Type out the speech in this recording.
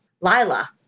Lila